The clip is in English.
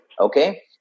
Okay